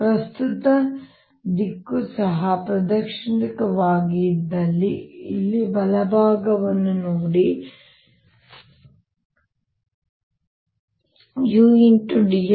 ಪ್ರಸ್ತುತ ದಿಕ್ಕು ಸಹ ಪ್ರದಕ್ಷಿಣಾಕಾರವಾಗಿ ಇದ್ದಲ್ಲಿ ಇಲ್ಲಿ ಬಲಭಾಗವನ್ನು ನೋಡಿ ನಾನು ಅಪ್ರದಕ್ಷಿಣಾಕಾರವಾಗಿ ಇದ್ದಲ್ಲಿ ನೀವು l ಗೆ ವಿರುದ್ಧವಾಗಿ ತೋರಿಸುತ್ತೀರಿ